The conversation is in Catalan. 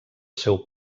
seu